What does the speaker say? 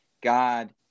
God